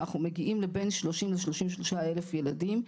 אנחנו מגיעים לבין 30 ל-33 אלף ילדים,